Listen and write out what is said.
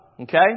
Okay